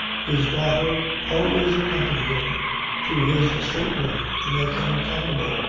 his daughter always accompanied him to his state-room to make him comfortable.